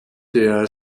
der